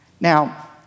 Now